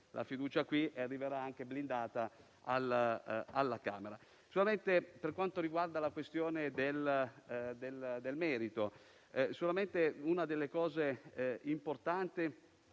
la fiducia e arriverà blindata alla Camera. Per quanto riguarda la questione di merito, una delle cose importanti